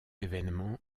événement